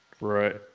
right